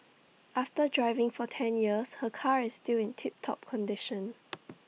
after driving for ten years her car is still in tip top condition